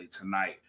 tonight